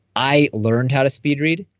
i learned how to speed read